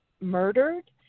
murdered